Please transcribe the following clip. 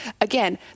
again